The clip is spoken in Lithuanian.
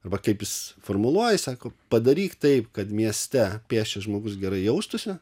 arba kaip jis formuluoja sako padaryk taip kad mieste pėsčias žmogus gerai jaustųsi